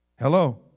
Hello